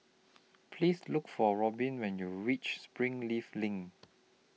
Please Look For Robin when YOU REACH Springleaf LINK